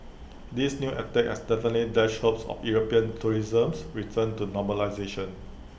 this new attack has definitely dashed hopes of european tourism's return to normalisation